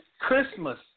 Christmas